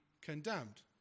condemned